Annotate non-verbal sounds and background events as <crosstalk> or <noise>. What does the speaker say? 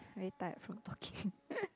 very tired for talking <laughs>